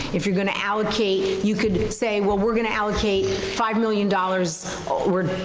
if you're gonna allocate, you could say, well we're gonna allocate five million dollars or